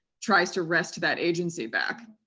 tries to wrest that agency back.